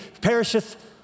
perisheth